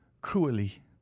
cruelly